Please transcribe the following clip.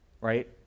right